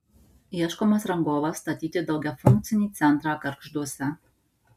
ieškomas rangovas statyti daugiafunkcį centrą gargžduose